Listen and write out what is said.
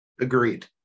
Agreed